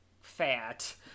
fat